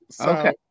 Okay